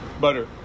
Butter